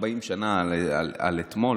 40 שנה על אתמול,